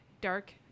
dark